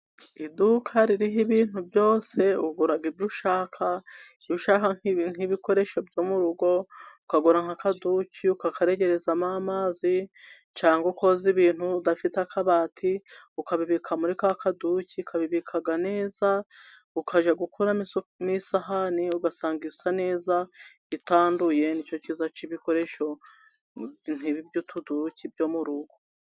Iduka ririho ibintu byose, ugura ibyo ushaka nk'ibikoresho byo mu rugo, ukagura nk'akaduki ukakaregerezamo amazi cyangwa koza ibintu udafite akabati ukabibika muri ka kaduki, kabibika neza ukajya gukura n'isahani ugasanga isa neza itanduye. Nicyo cyiza cy'ibikoresho nk'ibi by'utubuki byo murugo.